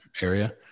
area